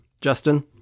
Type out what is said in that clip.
Justin